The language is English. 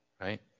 right